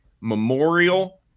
memorial